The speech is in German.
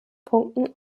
punkten